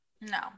No